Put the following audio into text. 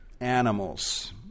animals